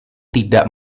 tidak